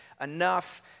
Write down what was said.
enough